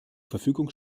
verfügung